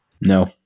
no